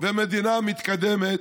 מדינה מתקדמת,